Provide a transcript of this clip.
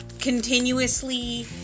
continuously